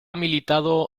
militado